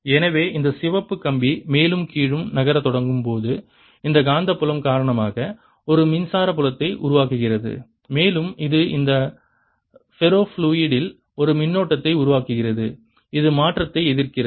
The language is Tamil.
எனவே இந்த சிவப்பு கம்பி மேலும் கீழும் நகரத் தொடங்கும் போது இந்த காந்தப்புலம் காரணமாக ஒரு மின்சார புலத்தை உருவாக்குகிறது மேலும் இது இந்த ஃபெரோஃப்ளூயிட்டில் ஒரு மின்னோட்டத்தை உருவாக்குகிறது இது மாற்றத்தை எதிர்க்கிறது